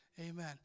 Amen